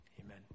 Amen